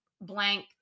blank